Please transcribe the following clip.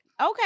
Okay